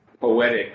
poetic